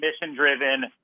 mission-driven